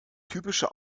typische